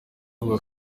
avuga